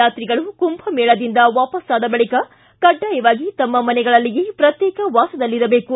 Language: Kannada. ಯಾತ್ರಿಗಳು ಕುಂಭ ಮೇಳದಿಂದ ವಾಪಸ್ಸಾದ ಬಳಿಕ ಕಡ್ಡಾಯವಾಗಿ ತಮ್ಮ ಮನೆಗಳಲ್ಲಿಯೇ ಪ್ರಕ್ಶೇಕ ವಾಸದಲ್ಲಿರಬೇಕು